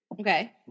Okay